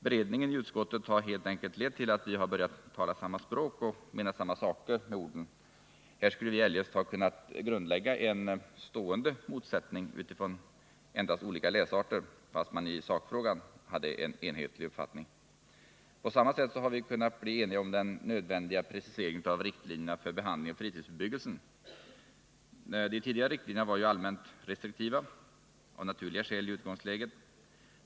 Beredningen i utskottet har helt enkelt lett till att vi börjat tala samma språk och mena samma saker med orden. Här skulle vi eljest ha kunnat grundlägga en stående motsättning utifrån endast olika läsarter, fast vi i sakfrågan hade en enhetlig uppfattning. På samma sätt har vi kunnat bli eniga om den nödvändiga preciseringen av riktlinjerna för behandlingen av fritidsbebyggelsen. De tidigare riktlinjerna yar ju allmänt restriktiva — av naturliga skäl i utgångsläget.